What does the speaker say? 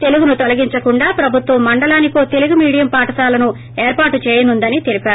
తెలుగును తొలగించకుండా ప్రభుత్వం మండలానికో తెలుగు మీడియం పాఠశాలను ఏర్పాటు చేయనుందని తెలిపారు